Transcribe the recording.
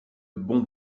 bon